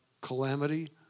calamity